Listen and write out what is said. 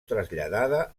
traslladada